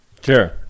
sure